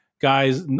Guys